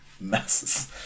masses